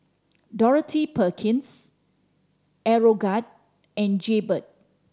Dorothy Perkins Aeroguard and Jaybird